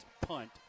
punt